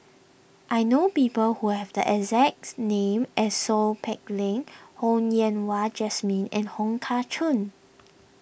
I know people who have the exacts name as Seow Peck Leng Ho Yen Wah Jesmine and Wong Kah Chun